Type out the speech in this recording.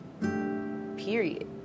period